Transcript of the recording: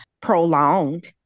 prolonged